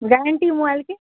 guarantee mobile के